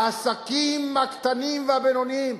העסקים הקטנים והבינוניים,